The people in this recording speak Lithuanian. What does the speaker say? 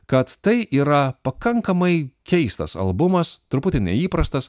kad tai yra pakankamai keistas albumas truputį neįprastas